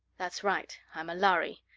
that's right i'm a lhari,